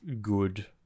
good